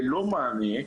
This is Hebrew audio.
ללא מענה,